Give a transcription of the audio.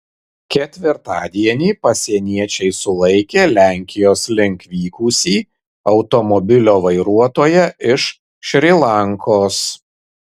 ketvirtadienį pasieniečiai sulaikė lenkijos link vykusį automobilio vairuotoją iš šri lankos